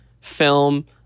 film